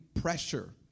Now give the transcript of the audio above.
pressure